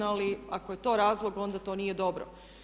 Ali ako je to razlog onda to nije dobro.